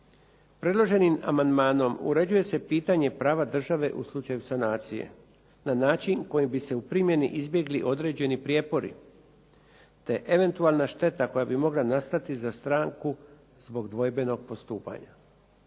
predloženim amandmanom uređuje se pitanje prava države u slučaju sanacije na način kojim bi se u primjeni izbjegli određeni prijepori te eventualna šteta koja bi mogla nastati za stranku zbog dvojbenog postupanja.